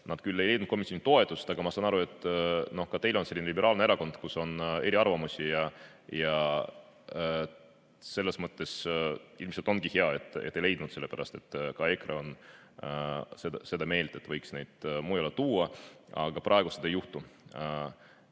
Need küll ei leidnud komisjoni toetust. Aga ma saan aru, et ka teil on selline liberaalne erakond, kus on eriarvamusi, ja selles mõttes ilmselt ongi hea, et [see toetust] ei leidnud, sellepärast et ka EKRE on seda meelt, et võiks neid mujale tuua. Aga praegu seda ei juhtu,